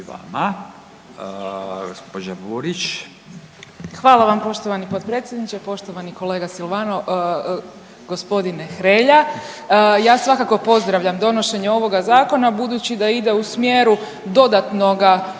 Hvala vam poštovani potpredsjedniče. Poštovani kolega Silvano, gospodine Hrelja, ja svakako pozdravljam donošenje ovoga zakona budući da ide u smjeru dodatnoga,